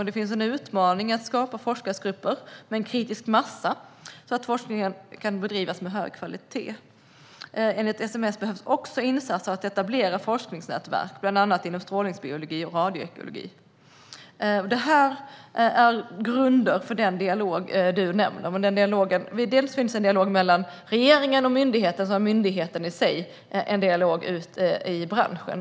Det finns en utmaning i att skapa forskningsgrupper med en kritisk massa, så att forskningen kan bedrivas med hög kvalitet. Enligt SSM behövs också insatser för att etablera forskningsnätverk, bland annat inom strålningsbiologi och radioekologi. De saker som jag nu har talat om är grunder för den dialog som du nämner. Dels finns en dialog mellan regeringen och myndigheten, dels finns en dialog mellan myndigheten och branschen.